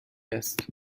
است